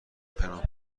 پنهان